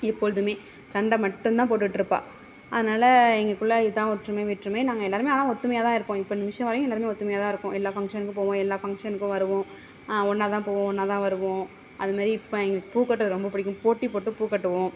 எப்பொழுதுமே சண்டை மட்டும் தான் போட்டுகிட்டு இருப்பாள் அதனால் எங்கக்குள்ளே இதுதான் ஒற்றுமை வேற்றுமை நாங்கள் எல்லாேருமே ஆனால் ஒற்றுமையா தான் இருப்போம் இப்போ நிமிஷம் வரையும் எல்லாேருமே ஒற்றுமையா தான் இருக்கோம் எல்லா பங்ஷனுக்கும் போவோம் எல்லா பங்ஷனுக்கும் வருவோம் ஒன்றா தான் போவோம் ஒன்றா தான் வருவோம் அது மாரி இப்போ எங்களுக்கு பூ கட்டுறது ரொம்ப பிடிக்கும் போட்டி போட்டு பூ கட்டுவோம்